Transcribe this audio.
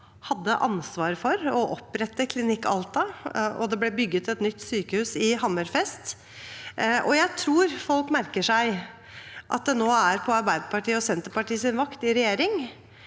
hadde ansvaret for å opprette Klinikk Alta, og det ble bygget et nytt sykehus i Hammerfest. Jeg tror folk merker seg at det er nå, på Arbeiderparti–Senterparti regjeringens